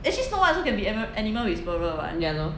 actually snow white also can be an~ animal whisperer what